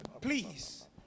Please